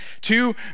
Two